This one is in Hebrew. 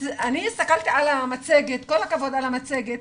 אני הסתכלתי על המצגת וכל הכבוד על המצגת